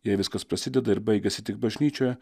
jei viskas prasideda ir baigiasi tik bažnyčioje